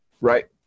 right